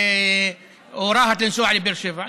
לפעמים לא נכון לתת כל כך הרבה כוח לאותו בן אדם שיושב בכניסה לישראל.